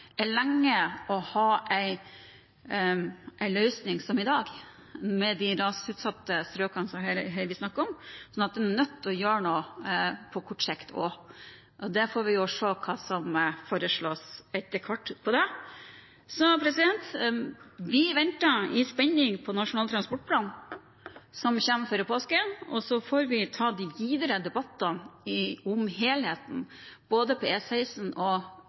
er klart at 17 år er lenge å ha en løsning som i dag, med de rasutsatte strøkene som vi her snakker om. Så vi er nødt til å gjøre noe på kort sikt også. Vi får se hva som foreslås etter hvert på det. Vi venter i spenning på Nasjonal transportplan, som kommer før påske. Så får vi ta de videre debattene både om helheten på E16 og Hordalands og